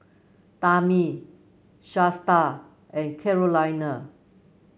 Tammi Shasta and Carolina